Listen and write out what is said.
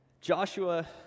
Joshua